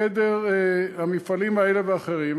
המפעלים האלה ואחרים,